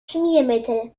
schmiermittel